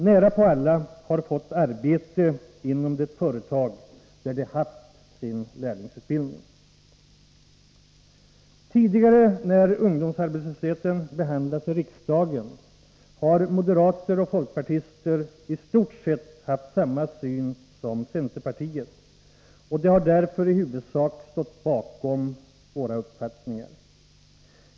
Närapå alla har fått arbete inom det företag där de haft sin lärlingsutbildning. När ungdomsarbetslösheten tidigare behandlats i riksdagen har moderater och folkpartister i stort sett haft samma syn som centerpartiet. De har därför i huvudsak stått bakom våra uppfattningar.